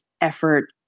effort